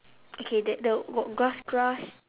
okay then the got grass grass